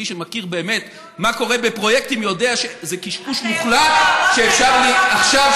מי שמכיר באמת את מה שקורה בפרויקטים יודע שזה קשקוש מוחלט שאפשר עכשיו,